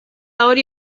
hori